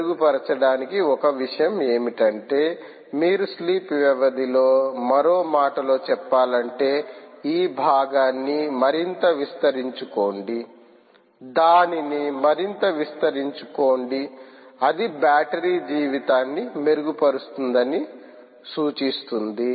మెరుగుపరచడానికి ఒక విషయం ఏమిటంటే మీరు స్లీప్ వ్యవధిని మరో మాటలో చెప్పాలంటే ఈ భాగాన్ని మరింత విస్తరించుకోండి దానిని మరింత విస్తరించుకోండి అది బ్యాటరీ జీవితాన్ని మెరుగుపరుస్తుందని సూచిస్తుంది